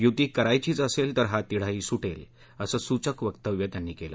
युती करायचीच असेल तर हा तिढाही सुटेल असं सूचक वक्तव्य त्यांनी केलं